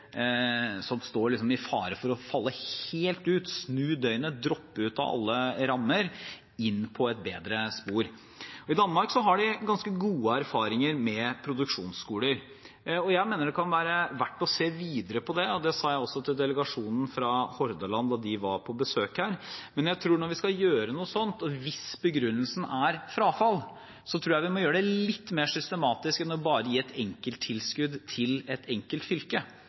som står i fare for å falle helt ut, snu døgnet, droppe ut av alle rammer, inn på et bedre spor. I Danmark har de ganske gode erfaringer med produksjonsskoler, og jeg mener det kan være verdt å se videre på det. Det sa jeg også til delegasjonen fra Hordaland da de var på besøk her. Men jeg tror når vi skal gjøre noe slikt – og hvis begrunnelsen er frafall – må vi gjøre det litt mer systematisk enn bare det å gi et enkelttilskudd til et enkelt fylke.